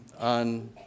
on